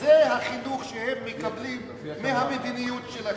זה החינוך שהם מקבלים מהמדיניות שלכם.